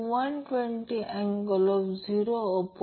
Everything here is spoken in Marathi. फ्रिक्वेंसी येथे व्हेरिएबल आहे